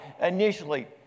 initially